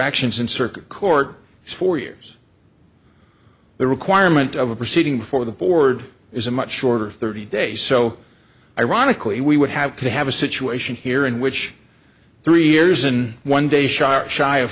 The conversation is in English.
actions in circuit court is four years the requirement of a proceeding before the board is a much shorter thirty days so ironically we would have to have a situation here in which three years in one day sharp shy of